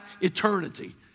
eternity